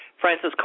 Francis